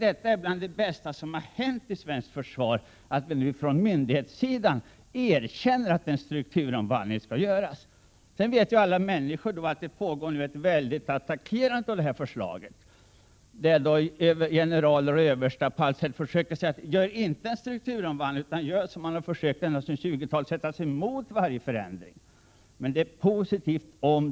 Det är bland det bästa som har hänt i svenskt försvar att man nu från myndighetssidan erkänner att en strukturomvandling behöver göras. Sedan vet alla människor att det pågår ett väldigt attackerande av det här förslaget. Rader av generaler och överstar försöker på allt sätt sätta sig emot varje förändring, så som många gjorde redan på 20-talet.